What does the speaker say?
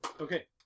Okay